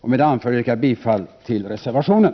Med det anförda yrkar jag bifall till reservationen.